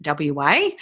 WA